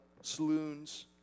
saloons